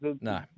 no